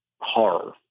horror